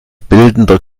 bildender